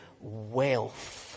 wealth